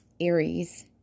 Aries